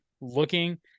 looking